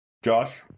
Josh